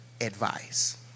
advice